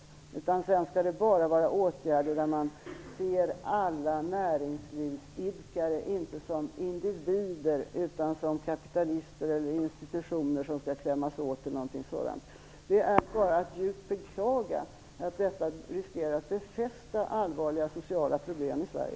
Det skall bara vara åtgärder där man ser alla näringsidkare inte som individer utan som kapitalister eller institutioner som skall klämmas åt. Det är bara att djupt beklaga att detta riskerar att befästa allvarliga sociala problem i Sverige.